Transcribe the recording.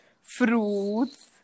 fruits